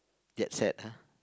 jet-set ah